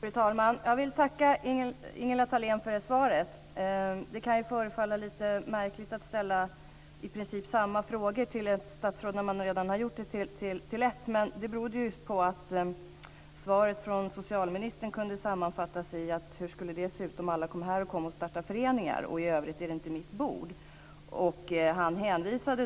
Fru talman! Jag vill tacka Ingela Thalén för svaret. Det kan förefalla lite märkligt att ställa i princip samma frågor till ett statsråd som man redan har ställt till ett annat statsråd, men det beror just på att svaret från socialministern kunde sammanfattas i: Hur skulle det se ut om alla startade föreningar? I övrigt är det inte mitt bord. Han hänvisade